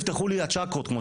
נפתחו לי הצ'אקרות,